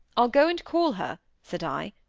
i'll go and call her said i.